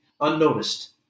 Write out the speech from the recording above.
unnoticed